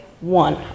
one